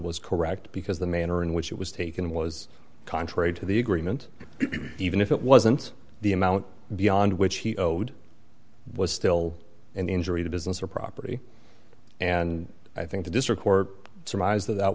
was correct because the manner in which it was taken was contrary to the agreement even if it wasn't the amount beyond which he owed was still an injury to business or property and i think the district court surmised that that